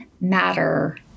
matter